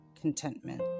contentment